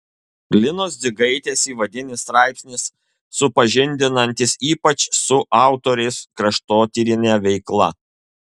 linos dzigaitės įvadinis straipsnis supažindinantis ypač su autoriaus kraštotyrine veikla